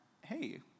hey